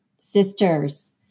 Sisters